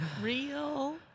Real